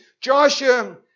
Joshua